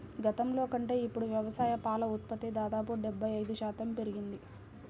గతంలో కంటే ఇప్పుడు వ్యవసాయ పాల ఉత్పత్తి దాదాపు డెబ్బై ఐదు శాతం పెరిగింది